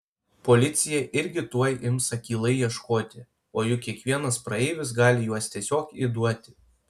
policija irgi tuoj ims akylai ieškoti o juk kiekvienas praeivis gali juos tiesiog įduoti